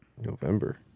November